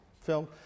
film